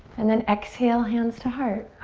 and then exhale, hands to heart.